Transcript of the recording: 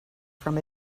from